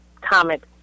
comment